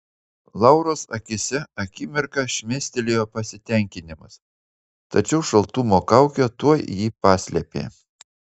lauros akyse akimirką šmėstelėjo pasitenkinimas tačiau šaltumo kaukė tuoj jį paslėpė